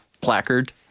placard